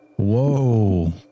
Whoa